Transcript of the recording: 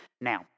Now